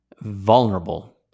vulnerable